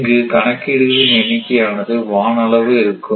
இங்கு கணக்கீடுகளின் எண்ணிக்கை ஆனது வானளவு இருக்கும்